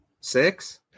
six